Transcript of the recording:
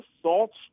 assaults